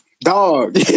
dog